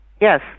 Yes